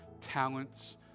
talents